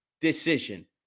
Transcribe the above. decision